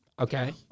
Okay